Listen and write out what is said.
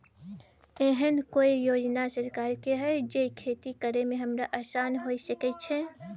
एहन कौय योजना सरकार के है जै खेती करे में हमरा आसान हुए सके छै?